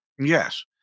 yes